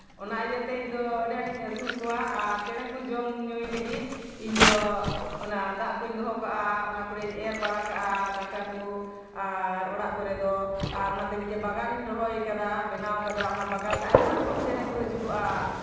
ᱚᱱᱟ ᱤᱭᱟᱹᱛᱮ ᱤᱧᱫᱚ ᱟᱹᱰᱤ ᱟᱸᱴᱤᱧ ᱟᱹᱥᱩᱞ ᱠᱚᱣᱟ ᱟᱨ ᱪᱮᱬᱮ ᱠᱚ ᱡᱚᱢ ᱧᱩᱭ ᱞᱟᱹᱜᱤᱫ ᱤᱧᱫᱚ ᱚᱱᱟ ᱫᱟᱜ ᱠᱚᱧ ᱫᱚᱦᱚ ᱠᱟᱜᱼᱟ ᱚᱱᱟ ᱠᱚᱨᱮᱧ ᱮᱨ ᱵᱟᱲᱟ ᱠᱟᱜᱼᱟ ᱫᱟᱠᱟ ᱠᱚ ᱟᱨ ᱚᱲᱟᱜ ᱠᱚᱨᱮ ᱫᱚ ᱟᱨ ᱚᱱᱟᱛᱮ ᱢᱤᱫᱴᱮᱡ ᱵᱟᱜᱟᱱᱤᱧ ᱨᱚᱦᱚᱭ ᱠᱟᱫᱟ ᱵᱮᱱᱟᱣ ᱠᱟᱫᱟ ᱚᱱᱟ ᱵᱟᱜᱟᱱ ᱨᱮ ᱟᱭᱢᱟ ᱨᱚᱠᱚᱢ ᱪᱮᱬᱮ ᱠᱚ ᱦᱤᱡᱩᱜᱚᱜᱼᱟ